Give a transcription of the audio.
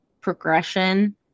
progression